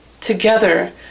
Together